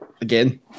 again